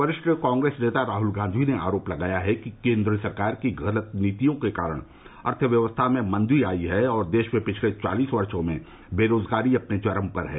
वरिष्ठ कांग्रेस नेता राहुल गांधी ने आरोप लगाया है कि केंद्र सरकार की गलत नीतियों के कारण अर्थव्यवस्था में मंदी आई है और देश में पिछले चालीस वर्षों में बेरोजगारी अपने चरम पर है